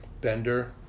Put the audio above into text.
Bender